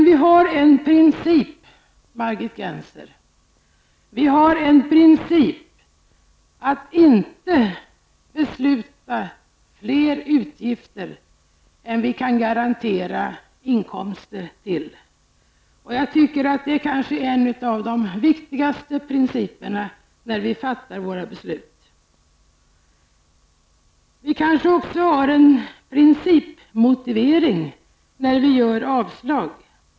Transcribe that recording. Vi har som princip, Margit Gennser, att inte besluta om flera utgifter än vi kan garantera inkomster för. Det är kanske en av de viktigaste principerna när vi fattar våra beslut. Vi kanske också har en principmotivering när vi gör avslag.